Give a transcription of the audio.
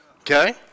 Okay